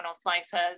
slices